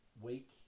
week